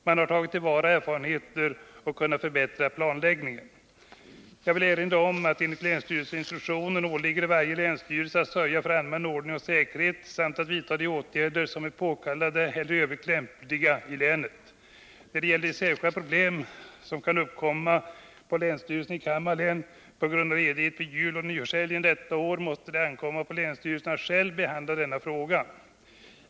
Man har tagit till vara erfarenheter och kunnat förbättra planläggningen. Jag vill erinra om att det enligt länsstyrelseinstruktionen åligger varje länsstyrelse att sörja för allmän ordning och säkerhet samt att vidta de åtgärder som är påkallade eller i övrigt lämpliga i länet. När det gäller de särskilda problem som kan uppkomma på länsstyrelsen i Kalmar län på grund av ledighet vid juloch nyårshelgen detta år måste det ankomma på länsstyrelsen att själv behandla denna fråga.